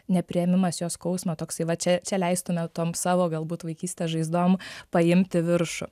nepriėmimas jo skausmo toksai va čia čia leistume tom savo galbūt vaikystės žaizdom paimti viršų